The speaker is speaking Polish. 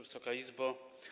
Wysoka Izbo!